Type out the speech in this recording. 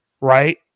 right